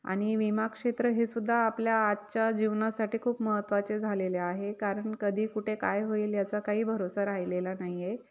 आणि विमाक्षेत्र हे सुुद्धा आपल्या आजच्या जीवनासाठी खूप महत्त्वाचे झालेले आहे कारण कधी कुठे काय होईल याचा काही भरवसा राहिलेला नाही आहे